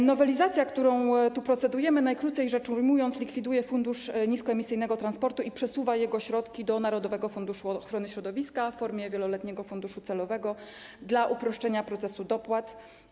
W nowelizacji, nad którą tu procedujemy, najkrócej rzecz ujmując, likwiduje się Fundusz Niskoemisyjnego Transportu i przesuwa jego środki do narodowego funduszu ochrony środowiska w formie wieloletniego funduszu celowego dla uproszczenia procesu dopłat.